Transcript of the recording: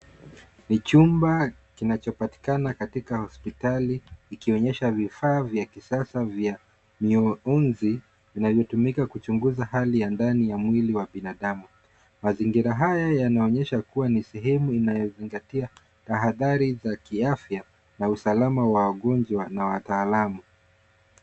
Ni chumba kinachopatikana katika hospitali, ikionyesha vifaa vya kisasa vya miunzi vinavyotumika kuchunguza hali ya ndani ya mwili wa binadamu. Mazingira haya yanaonyesha kuwa ni sehemu inayozingatia tahadhari za kiafya na usalama wa wagonjwa na wataalamu.